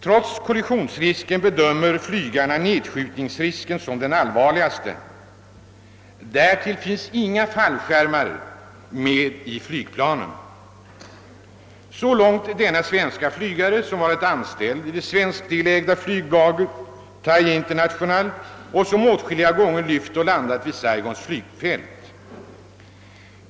Trots kollisionsrisken bedömer flygarna nedskjutningsrisken som den allvar ligaste. Inga fallskärmar finns med i flygplanen.» Så långt denne svenske flygare som varit anställd i det svenskdelägda flygbolaget Thai International och som åtskilliga gånger lyft och landat på Saigons flygfält.